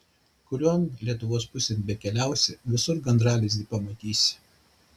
kurion lietuvos pusėn bekeliausi visur gandralizdį pamatysi